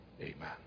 Amen